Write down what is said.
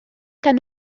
gan